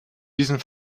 diesen